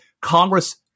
Congress